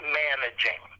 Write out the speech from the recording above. managing